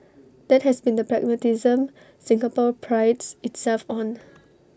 that has been the pragmatism Singapore prides itself on